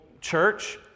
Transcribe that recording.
church